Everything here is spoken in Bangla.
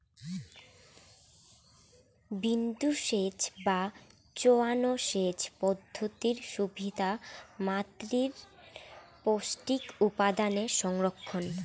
বিন্দুসেচ বা চোঁয়ানো সেচ পদ্ধতির সুবিধা মাতীর পৌষ্টিক উপাদানের সংরক্ষণ